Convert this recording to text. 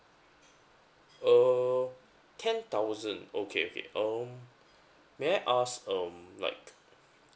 uh ten thousand okay okay um may I ask um like